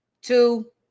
two